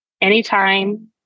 Anytime